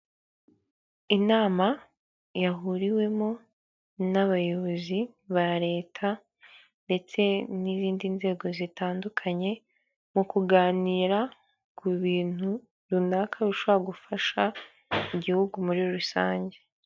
Inama yahuriwemo n'abayobozi ba leta ndetse n'izindi nzego zitandukanye, mu kuganira ku bintu runaka bishobora gufasha igihugu muri rusange.